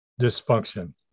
dysfunction